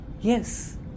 Yes